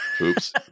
Oops